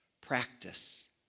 practice